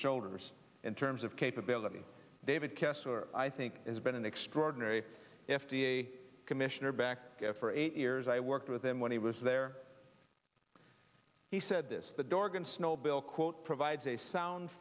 shoulders in terms of capability david kessler i think it's been an extraordinary f d a commissioner back for eight years i worked with him when he was there he said this the dorgan snow bill quote provides a sound